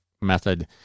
method